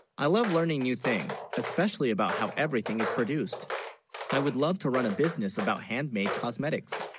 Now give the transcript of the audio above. i love learning, new things especially, about how. everything is produced i would love to run a business about handmade cosmetics